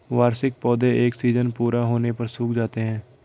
वार्षिक पौधे एक सीज़न पूरा होने पर सूख जाते हैं